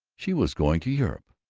she was going to europe!